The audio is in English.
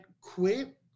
quit